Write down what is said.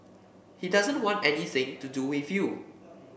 he doesn't want anything to do with you